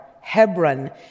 Hebron